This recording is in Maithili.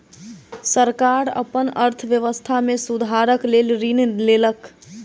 सरकार अपन अर्थव्यवस्था में सुधारक लेल ऋण लेलक